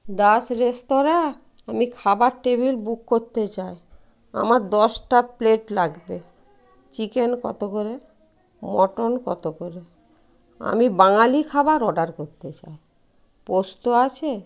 Das restaurant আমি খাবার table book করতে চায় আমার দশটা প্লেট লাগবে চিকেন কত করে মটন কত করে আমি বাঙালি খাবার অর্ডার করতে চায় পোস্ত আছে